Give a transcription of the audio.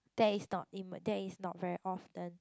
that is not that is not very often